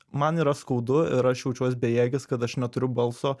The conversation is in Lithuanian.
man yra skaudu ir aš jaučiuos bejėgis kad aš neturiu balso